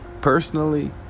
personally